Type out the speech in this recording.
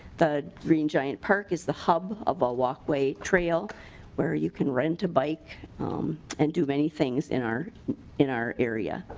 the green giant park is the hub of all walkway trail where you can rent a bike and you many things in our in our area.